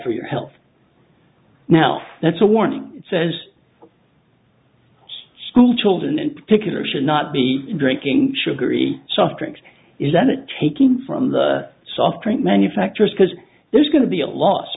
for your health now that's a warning it says schoolchildren in particular should not be drinking sugary soft drinks is that it taking from the soft drink manufacturers because there's going to be a loss